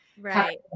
right